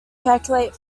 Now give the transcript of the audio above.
calculate